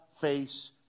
face